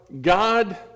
God